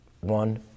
one